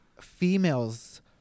females